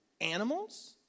animals